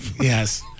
Yes